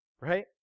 right